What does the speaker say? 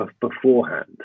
beforehand